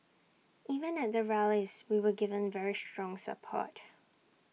even at the rallies we were given very strong support